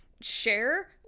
share